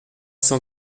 cent